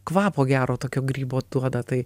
kvapo gero tokio grybo duoda tai